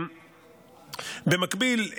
במקביל,